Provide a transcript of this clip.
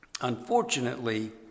unfortunately